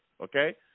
okay